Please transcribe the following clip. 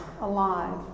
alive